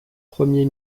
premier